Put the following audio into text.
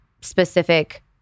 specific